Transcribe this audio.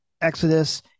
exodus